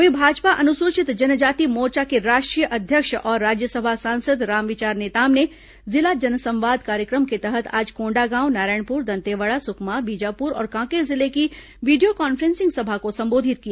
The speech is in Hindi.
वहीं भाजपा अनुसूचित जनजाति मोर्चा के राष्ट्रीय अध्यक्ष और राज्यसभा सांसद रामविचार नेताम ने जिला जनसंवाद कार्यक्रम के तहत आज कोंडागांव नारायणपुर दंतेवाड़ा सुकमा बीजापुर और कांकेर जिले की वीडियो कॉन्फ्रेंसिंग सभा को संबोधित किया